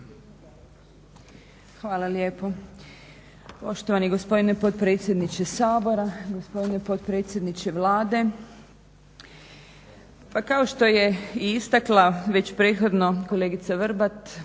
Hvala lijepo. Poštovani gospodine potpredsjedniče Sabora, gospodine potpredsjedniče Vlade pa kao što je i istakla već prethodno kolegica Vrbat